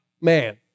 man